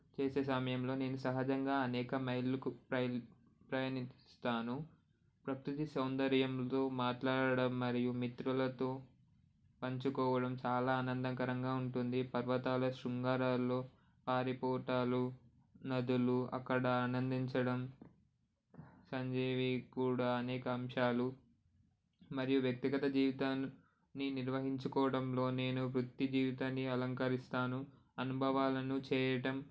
చేసే సమయంలో నేను సహజంగా అనేక మైళ్ళకు ప్రయాణి ప్రయాణిస్తాను ప్రకృతి సౌందర్యంతో మాట్లాడడం మరియు మిత్రులతో పంచుకోవడం చాలా ఆనందకరంగా ఉంటుంది పర్వతాల శృంగారాల్లో పారిపోవడాలు నదులు అక్కడ ఆనందించడం సంజీవి కూడా అనేక అంశాలు మరియు వ్యక్తిగత జీవితాన్ని నిర్వహించుకోవడంలో నేను వృత్తి జీవితాన్ని అలంకరిస్తాను అనుభవాలను చేయటం